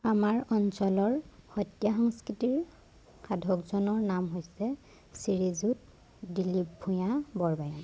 আমাৰ অঞ্চলৰ সত্ৰীয়া সংস্কৃতিৰ সাধকজনৰ নাম হৈছে শ্ৰীযুত দিলীপ ভূঞা বৰবায়ন